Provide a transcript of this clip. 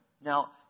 Now